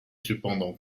cependant